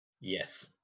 Yes